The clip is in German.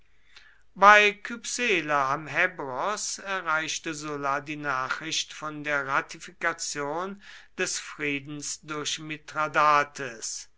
bei kypsela am hebros erreichte sulla die nachricht von der ratifikation des friedens durch